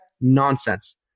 nonsense